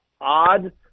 odd